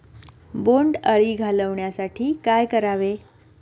बोंडअळी घालवण्यासाठी काय करावे?